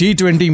T20